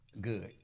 good